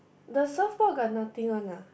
the surf board got nothing on ah